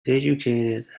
educated